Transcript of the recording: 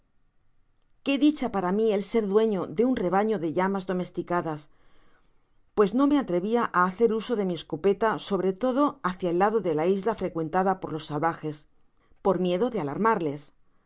qué dicha para mi el ser dueño de un rebaño dellamas domesticadusl pues no me atrevia á hacer uso de mi escopeta sobre todo hácia el lado de la isla frecuentada por los salvajes por miedo de alarmarles al